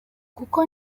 kuko